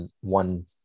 one